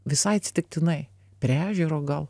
visai atsitiktinai prie ežero gal